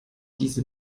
diese